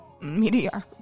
Mediocre